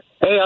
Hey